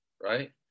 Right